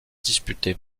disputé